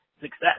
success